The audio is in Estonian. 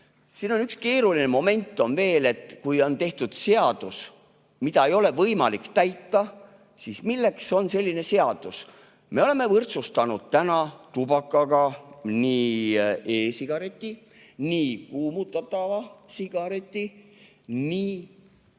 Siin on üks keeruline moment veel: kui on tehtud seadus, mida ei ole võimalik täita, siis milleks on selline seadus? Me oleme tubakaga võrdsustanud nii e-sigareti, nii kuumutatava sigareti, nii